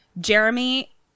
Jeremy